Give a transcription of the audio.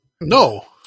No